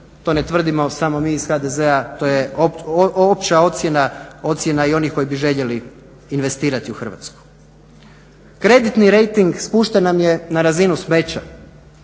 To ne tvrdimo samo mi iz HDZ-a to je opća ocjena, ocjena i onih koji bi željeli investirati u Hrvatsku. Kreditni rejting spušten nam je na razinu smeća,